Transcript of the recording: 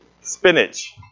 Spinach